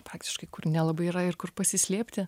faktiškai kur nelabai yra ir kur pasislėpti